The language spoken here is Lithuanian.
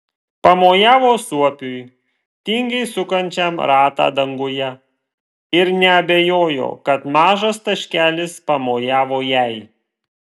pamojavo suopiui tingiai sukančiam ratą danguje ir neabejojo kad mažas taškelis pamojavo jai